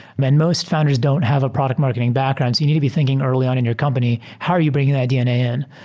and most founders don't have a product marketing background, so you need to be thinking early on in your company, how are you bringing that dna in.